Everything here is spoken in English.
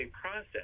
process